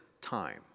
time